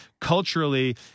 culturally –